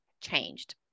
changed